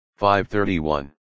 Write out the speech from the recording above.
531